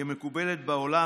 כמקובל בעולם,